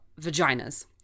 vaginas